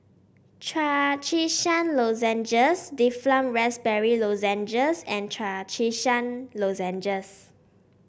Trachisan Lozenges Difflam Raspberry Lozenges and Trachisan Lozenges